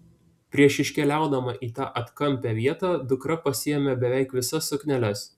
prieš iškeliaudama į tą atkampią vietą dukra pasiėmė beveik visas sukneles